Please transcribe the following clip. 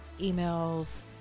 emails